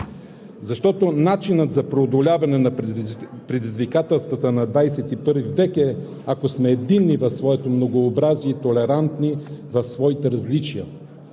Защото начинът за преодоляване на предизвикателствата на 21. век е, ако сме единни в своето многообразие и толерантни в своите различия;